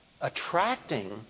attracting